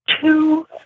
two